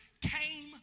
came